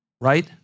right